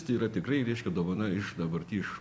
tai yra tikrai reiškia dovana iš dabarty iš